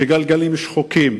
הגלגלים שחוקים,